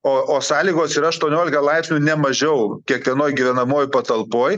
o o sąlygos yra aštuoniolika laipsnių ne mažiau kiekvienoj gyvenamojoj patalpoj